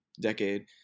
decade